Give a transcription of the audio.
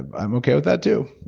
i'm okay with that too.